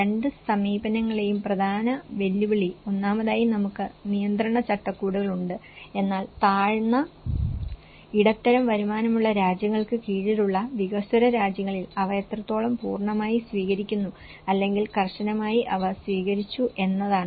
രണ്ട് സമീപനങ്ങളിലെയും പ്രധാന വെല്ലുവിളി ഒന്നാമതായി നമുക്ക് നിയന്ത്രണ ചട്ടക്കൂടുകൾ ഉണ്ട് എന്നാൽ താഴ്ന്ന ഇടത്തരം വരുമാനമുള്ള രാജ്യങ്ങൾക്ക് കീഴിലുള്ള വികസ്വര രാജ്യങ്ങളിൽ അവ എത്രത്തോളം പൂർണ്ണമായി സ്വീകരിക്കുന്നു അല്ലെങ്കിൽ കർശനമായി അവ സ്വീകരിച്ചു എന്നതാണ്